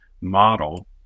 model